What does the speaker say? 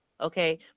Okay